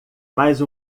mas